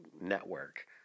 network